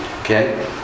Okay